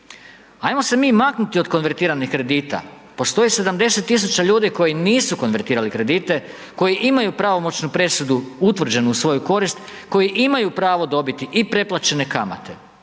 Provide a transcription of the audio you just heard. Ajmo se mi maknuti od konvertiranih kredita, postoji 70 tisuća ljudi koji nisu konvertirali kredite, koji imaju pravomoćnu presudu utvrđenu u svoju koristi, koji imaju pravo dobiti i pretplaćene kamate,